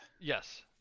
yes